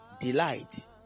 delight